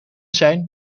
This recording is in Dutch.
zijn